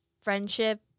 friendship